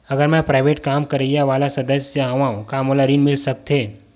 अगर मैं प्राइवेट काम करइया वाला सदस्य हावव का मोला ऋण मिल सकथे?